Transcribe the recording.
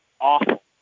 awful